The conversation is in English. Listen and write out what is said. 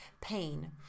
pain